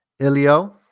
Ilio